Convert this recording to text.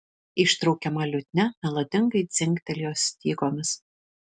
ištraukiama liutnia melodingai dzingtelėjo stygomis